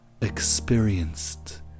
experienced